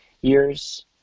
years